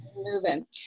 Moving